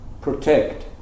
protect